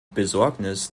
besorgnis